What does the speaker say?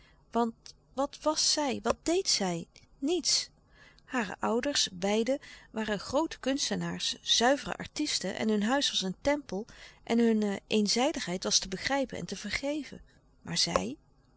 want wat was zij wat deed zij niets hare ouders beiden waren groote kunstenaars louis couperus de stille kracht zuivere artisten en hun huis was een tempel en hunne eenzijdigheid was te begrijpen en te vergeven maar zij